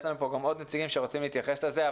יש פה עוד נציגים שרוצים להתייחס לזה.